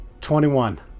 Twenty-one